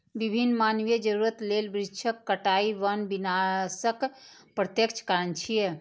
विभिन्न मानवीय जरूरत लेल वृक्षक कटाइ वन विनाशक प्रत्यक्ष कारण छियै